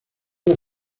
los